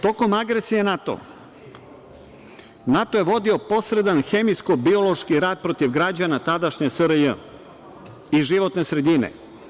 Tokom agresije NATO, NATO je vodio posredan hemijsko-biološki rat protiv građana tadašnje SRJ i životne sredine.